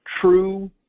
true